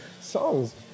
songs